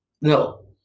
no